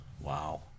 Wow